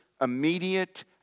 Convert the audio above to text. immediate